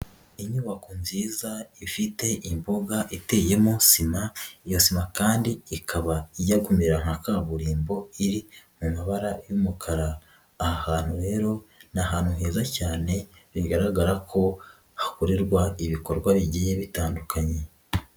Inyubako nziza ifite imbuga iteyemo sima, iyo sima kandi ikaba ijya kumera nka kaburimbo iri mu mabara y'umukara, aha hantu rero ni ahantu heza cyane, bigaragara ko hakorerwa ibikorwa bigiye bitandukanye.